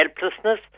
helplessness